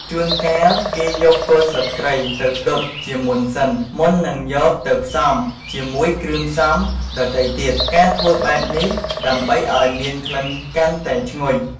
ជួនកាលគេយកគល់ស្លឹកគ្រៃទៅដុតជាមុនសិន មុននឹងយកទៅផ្សំជាមួយគ្រឿងផ្សំដទៃទៀត ការធ្វើបែបនេះដើម្បីឱ្យមានក្លិនកាន់តែឈ្ងុយ។